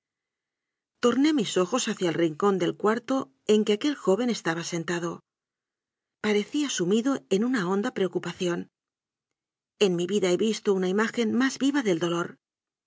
torné mis ojos hacia el rincón del cuarto en que aquel joven estaba sentado parecía sumido en una honda preocupación en mi vida he visto una imagen más viva del dolor